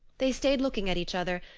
they stayed looking at each other,